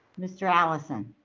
mr. allison?